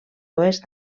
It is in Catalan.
oest